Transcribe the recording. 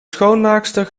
schoonmaakster